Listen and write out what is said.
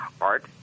Art